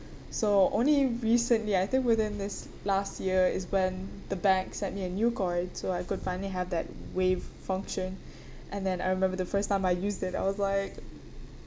so only recently I think within this last year is when the bank sent me a new card so I could finally have that wave function and then I remember the first time I used it I was like